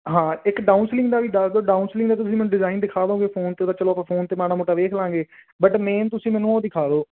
ਹਾਂ ਇੱਕ down ceiling ਦਾ ਵੀ ਦੱਸ ਦਿਓ ਡਾਊਨ ਸਿਲਿੰਗ ਦਾ ਤੁਸੀਂ ਮੈਨੂੰ ਡਿਜ਼ਾਇਨ ਦਿਖਾ ਦੋਂਗੇ ਫੋਨ 'ਤੇ ਤਾਂ ਚਲੋ ਆਪਾਂ ਫੋਨ 'ਤੇ ਮਾੜਾ ਮੋਟਾ ਵੇਖ ਲਾਂਗੇ ਬਟ ਮੇਨ ਤੁਸੀਂ ਮੈਨੂੰ ਉਹ ਦਿਖਾ ਦਿਓ